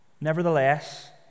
Nevertheless